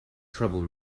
trouble